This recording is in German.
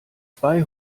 zwei